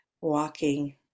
walking